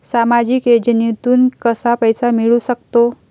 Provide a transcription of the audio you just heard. सामाजिक योजनेतून कसा पैसा मिळू सकतो?